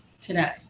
today